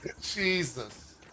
Jesus